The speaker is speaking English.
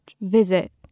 visit